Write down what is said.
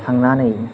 थांनानै